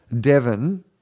Devon